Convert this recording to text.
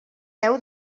heu